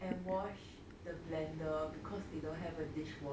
and wash the blender because they don't have a dishwasher